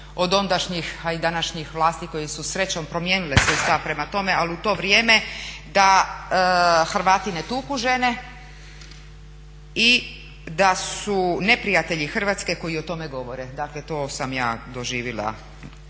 od ondašnjih a i današnjih vlasti koje su srećom promijenile svoj stav prema tome ali u to vrijeme da Hrvati ne tuku žene i da su neprijatelji Hrvatske koji o tome govore. Dakle, to sam ja doživjela